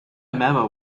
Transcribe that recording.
memo